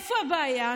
איפה הבעיה?